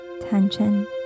tension